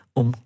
om